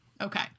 Okay